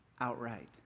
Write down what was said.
outright